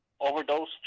overdose